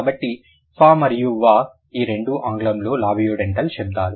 కాబట్టి ఫా మరియు వా ఈ రెండూ ఆంగ్లంలో లాబియోడెంటల్ శబ్దాలు